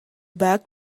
back